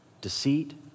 deceit